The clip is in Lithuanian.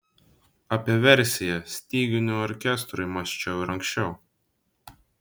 apie versiją styginių orkestrui mąsčiau ir anksčiau